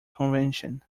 convention